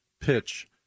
pitch